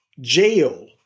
jail